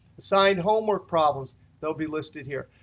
assigned homework problems they'll be listed here.